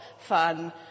fun